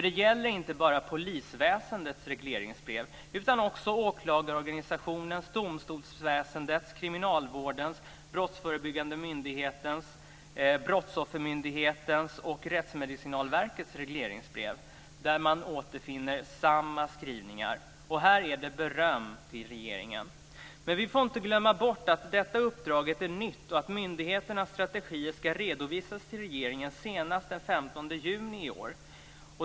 Det gäller inte bara polisväsendets regleringsbrev utan också åklagarorganisationens, domstolsväsendets, kriminalvårdens, Brottsoffermyndighetens, Brottsförebyggande rådets och Rättsmedicinalverkets regleringsbrev, där man återfinner samma skrivningar. Här är det beröm till regeringen. Men vi får inte glömma bort att detta uppdrag är nytt och att myndigheternas strategier ska redovisas till regeringen senast den 15 juni i år.